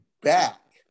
back